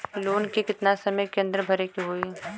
Loan के कितना समय के अंदर भरे के होई?